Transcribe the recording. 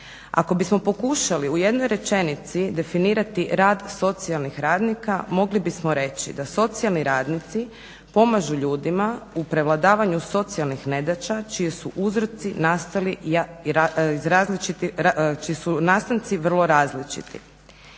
Ako bismo pokušali u jednoj rečenici definirati rad socijalnih radnika mogli bismo reći da socijalni radnici pomažu ljudima u prevladavanju socijalnih nedaća čiji su nastanci vrlo različiti.